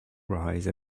rise